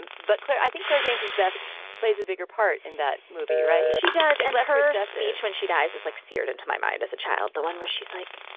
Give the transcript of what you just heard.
and but claire, i think claire danes, as beth plays a bigger part in that movie, right? she does and sort of a speech when she dies is like seared into my mind as a child, the one where she's like,